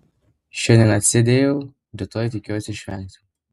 šiandien atsėdėjau rytoj tikiuosi išvengti